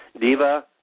Diva